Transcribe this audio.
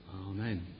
Amen